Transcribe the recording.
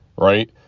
Right